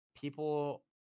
people